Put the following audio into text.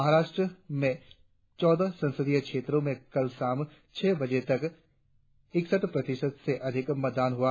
महाराष्ट्र में चौदह संसदीय क्षेत्रों में कल शाम छह बजे तक इकसठ प्रतिशत से अधिक मतदान हुआ